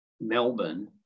Melbourne